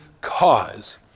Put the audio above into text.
cause